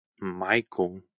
Michael